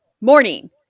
morning